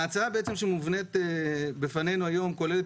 ההצעה שמובאת בפנינו היום כוללת